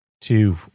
two